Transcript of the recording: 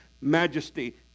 majesty